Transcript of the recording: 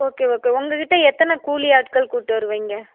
okay okay உங்கள் கிட்டே எத்தனை கூலி ஆட்கள் கூட்டு வருவீங்க